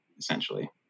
essentially